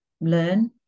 learn